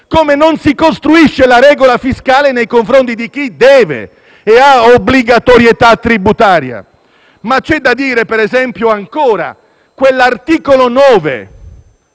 come non si costruisce la regola fiscale nei confronti di chi deve e ha obbligatorietà tributaria. Ma occorre parlare anche dell'articolo 9,